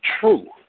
true